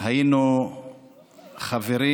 היינו חברים